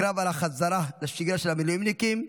הקרב על החזרה לשגרה של המילואימניקים.